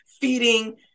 feeding